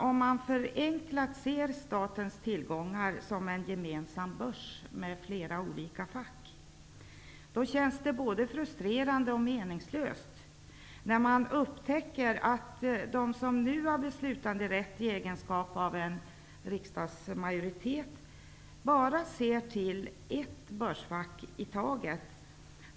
Om man förenklat ser statens tillgångar som en gemensam börs med flera olika fack, känns det både frustrerande och meningslöst när man upptäcker att de som i sin egenskap av riksdagsmajoritet nu har beslutanderätt bara ser till ett börsfack i taget.